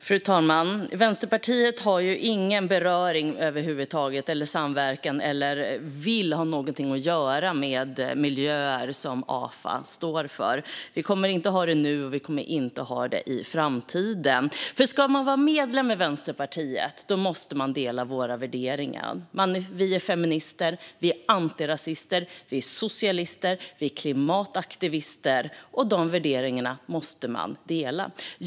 Fru talman! Vänsterpartiet har över huvud taget ingen beröring, samverkan eller vilja att ha någonting att göra med de miljöer som AFA står för. Vi har det inte nu och kommer inte att ha det i framtiden. Ska man vara medlem i Vänsterpartiet måste man dela våra värderingar. Vi är feminister, antirasister, socialister och klimataktivister, och det är värderingar som man måste dela.